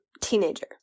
teenager